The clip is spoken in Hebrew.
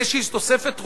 לאיזו תוספת ראויה?